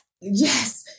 Yes